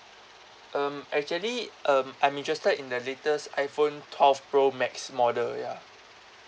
um actually um I'm interested in the latest iphone twelve pro max model ya